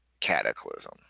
Cataclysm